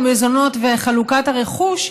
המזונות וחלוקת הרכוש,